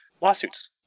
lawsuits